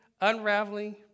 unraveling